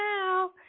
now